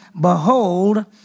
behold